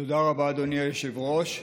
תודה רבה, אדוני היושב-ראש.